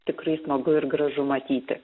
tikrai smagu ir gražu matyti